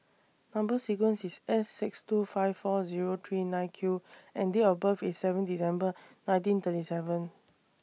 Number sequence IS S six two five four Zero three nine Q and Date of birth IS seven December nineteen thirty seven